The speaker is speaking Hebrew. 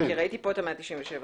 זה ביצוע עצמי.